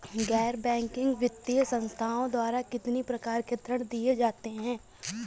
गैर बैंकिंग वित्तीय संस्थाओं द्वारा कितनी प्रकार के ऋण दिए जाते हैं?